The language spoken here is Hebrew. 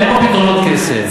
אין פה פתרונות קסם.